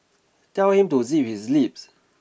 tell him to zip his lips